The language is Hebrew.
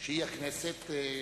שהוא הכנסת,